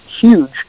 huge